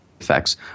effects